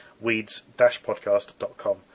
Weeds-podcast.com